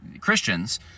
Christians